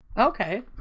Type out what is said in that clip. Okay